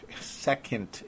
second